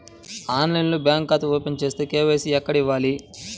ఆన్లైన్లో బ్యాంకు ఖాతా ఓపెన్ చేస్తే, కే.వై.సి ఎక్కడ ఇవ్వాలి?